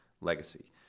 legacy